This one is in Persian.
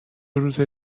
روزه